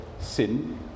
sin